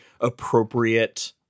appropriate